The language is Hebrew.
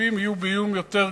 היישובים יהיו באיום יותר גדול.